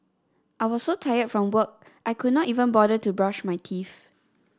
I was so tired from work I could not even bother to brush my teeth